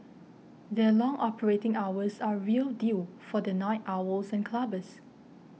their long operating hours are a real deal for the night owls and clubbers